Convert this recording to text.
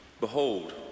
behold